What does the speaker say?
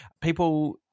People